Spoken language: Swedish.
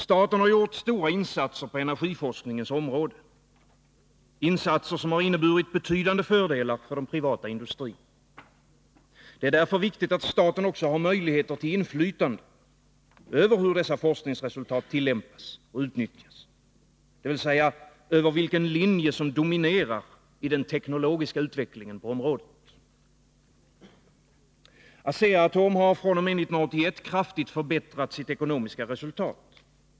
Staten har gjort stora insatser på energiforskningens område, insatser som har inneburit betydande fördelar för den privata industrin. Det är därför viktigt att staten också har möjligheter till inflytande över hur dessa forskningsresultat tillämpas och utnyttjas, dvs. vilken linje som dominerar i den tekniska utvecklingen på området. Asea-Atom har fr.o.m. 1981 kraftigt förbättrat sitt ekonomiska resultat.